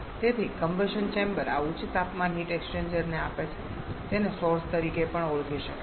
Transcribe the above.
તેથી combustion chamber આ ઉચ્ચ તાપમાન હીટ એક્સ્ચેન્જર ને આપે છે જેને સોર્સ તરીકે પણ ઓળખી શકાય છે